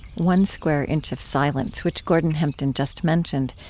one square inch of silence, which gordon hempton just mentioned,